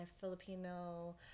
Filipino